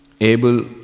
able